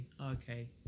okay